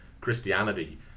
Christianity